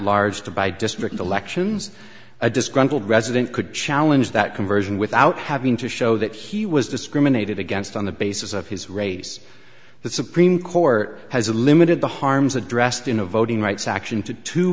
large to by district elections a disgruntled resident could challenge that conversion without having to show that he was discriminated against on the basis of his race the supreme court has a limited the harms addressed in a voting rights act into two